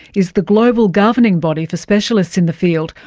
is the global governing body for specialists in the field.